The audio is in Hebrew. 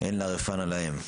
"אל נא רפא נא להם".